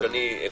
שאני אבין.